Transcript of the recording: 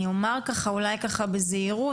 אני אומר אולי ככה בזהירות,